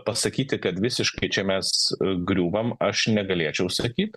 pasakyti kad visiškai čia mes griūvam aš negalėčiau sakyt